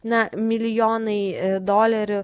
na milijonai dolerių